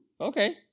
okay